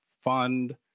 fund